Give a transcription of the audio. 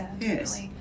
yes